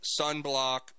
sunblock